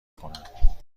کنم